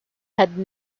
had